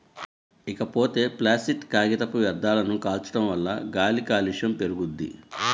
ఇకపోతే ప్లాసిట్ కాగితపు వ్యర్థాలను కాల్చడం వల్ల గాలి కాలుష్యం పెరుగుద్ది